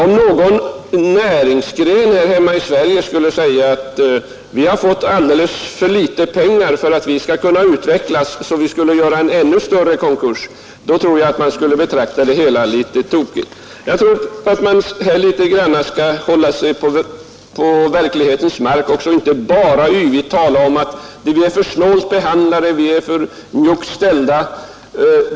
Om någon näringsgren här hemma i Sverige skulle säga att vi har fått alldeles för litet pengar för att vi skall kunna utvecklas och göra en ännu större konkurs, då tror jag att man skulle betrakta det hela som litet tokigt. Jag tycker att man skall försöka hålla sig på verklighetens mark och inte bara tala om att man är för snålt behandlad och för njuggt ställd.